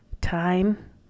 time